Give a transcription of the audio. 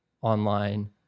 online